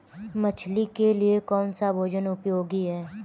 मछली के लिए कौन सा भोजन उपयोगी है?